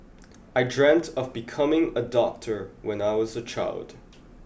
I dreamt of becoming a doctor when I was a child